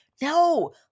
No